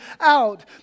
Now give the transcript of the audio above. out